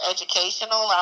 Educational